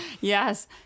Yes